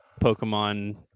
Pokemon